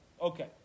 Okay